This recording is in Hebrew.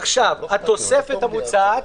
התוספת המוצעת,